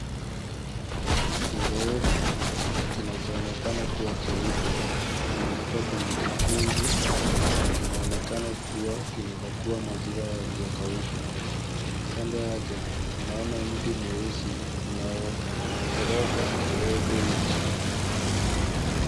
Kiowevu, kinachoonekana kuwa cheupe, kimewekwa kwenye kichungi na kinaonekana kuwa kinaeza kuwa maziwa yaliokaushwa. Kando yake, tunaona mti mweusi unayokoroga kiowevu hichi.